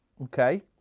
Okay